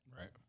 Right